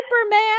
Superman